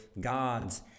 God's